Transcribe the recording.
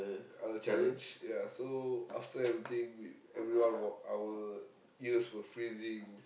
other challenge ya so after everything we everyone wore our ears were freezing